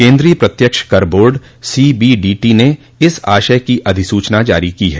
केन्द्रीय प्रत्यक्ष कर board C B D T ने इस आशय की अधिसूचना जारी की है